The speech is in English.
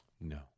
No